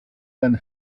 and